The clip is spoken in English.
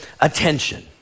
attention